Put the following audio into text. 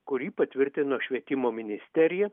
kurį patvirtino švietimo ministerija